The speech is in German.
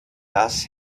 dass